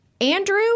Andrew